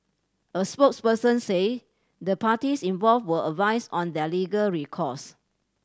a spokesperson say the parties involved were advised on their legal recourse